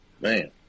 Man